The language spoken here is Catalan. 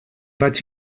vaig